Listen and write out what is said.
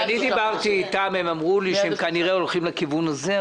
כשאני דיברתי איתם הם אמרו לי שהם כנראה הולכים לכיוון הזה.